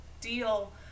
deal